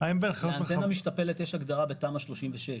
לאנטנה משתפלת יש הגדרה בתמ"א 36,